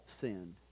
sinned